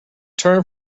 term